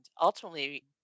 ultimately